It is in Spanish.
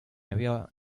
había